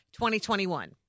2021